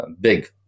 big